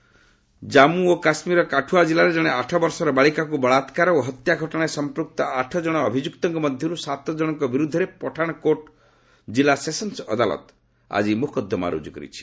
କାଠୁଆ ଜାମ୍ମୁ ଓ କାଶ୍ମୀରର କାଠୁଆ କିଲ୍ଲାରେ ଜଣେ ଆଠବର୍ଷର ବାଳିକାକୁ ବଳାକାର ଓ ହତ୍ୟା ଘଟଣାରେ ସମ୍ପୁକ୍ତ ଆଠ ଜଣ ଅଭିଯୁକ୍ତଙ୍କ ମଧ୍ୟରୁ ସାତ ଜଣଙ୍କ ବିରୁଦ୍ଧରେ ପଠାଶ କୋର୍ଟ ଜିଲ୍ଲା ସେସନ୍ ଅଦାଲତ୍ ଆଜି ମୋକଦ୍ଦମା ରୁଜୁ କରିଛି